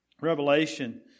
Revelation